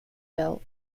bill